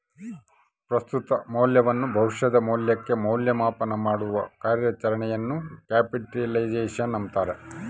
ಪ್ರಸ್ತುತ ಮೌಲ್ಯವನ್ನು ಭವಿಷ್ಯದ ಮೌಲ್ಯಕ್ಕೆ ಮೌಲ್ಯ ಮಾಪನಮಾಡುವ ಕಾರ್ಯಾಚರಣೆಯನ್ನು ಕ್ಯಾಪಿಟಲೈಸೇಶನ್ ಅಂತಾರ